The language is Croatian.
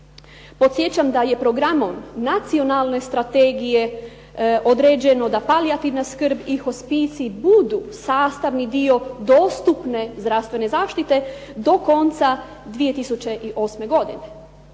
Podsjećam da je programom nacionalne strategije određeno da palijativna skrb i hospicij budu sastavni dio dostupne zdravstvene zaštite do konca 2008. godine.